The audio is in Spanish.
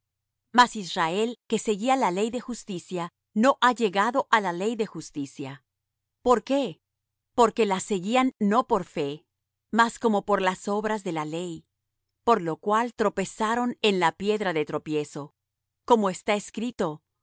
mas israel que seguía la ley de justicia no ha llegado á la ley de justicia por qué porque la seguían no por fe mas como por las obras de la ley por lo cual tropezaron en la piedra de tropiezo como está escrito